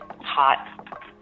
hot